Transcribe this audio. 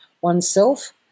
oneself